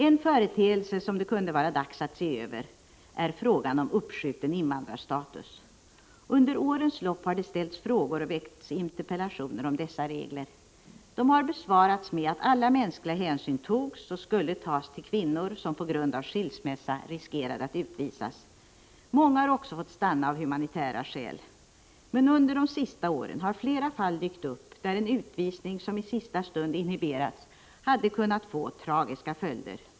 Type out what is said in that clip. En företeelse som det kunde vara dags att se över är frågan om uppskjuten invandrarstatus. Under årens lopp har det ställts frågor och väckts interpellationer om dessa regler. De har besvarats med att alla mänskliga hänsyn togs och skulle tas till kvinnor som på grund av skilsmässa riskerade att utvisas. Många har också fått stanna av humanitära skäl. Men under de senaste åren har flera fall dykt upp där en utvisning som i sista stund inhiberats hade kunnat få mycket tragiska följder.